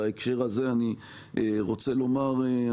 בהקשר הזה אני רוצה לומר,